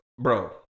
Bro